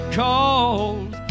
called